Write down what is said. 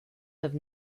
have